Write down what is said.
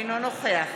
אינו נוכח